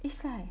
it's like